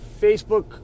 Facebook